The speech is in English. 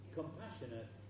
compassionate